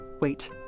Wait